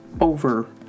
over